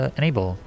enable